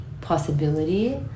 possibility